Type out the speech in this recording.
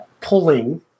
pulling